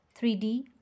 3d